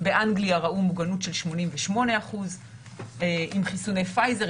באנגליה ראו מוגנות של 88% עם חיסוני פייזר.